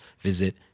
visit